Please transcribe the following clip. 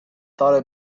thought